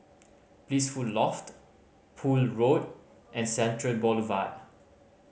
Blissful Loft Poole Road and Central Boulevard